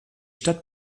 stadt